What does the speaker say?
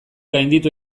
gainditu